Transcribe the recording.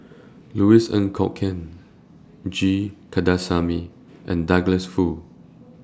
Louis Ng Kok Kwang G Kandasamy and Douglas Foo